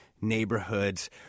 neighborhoods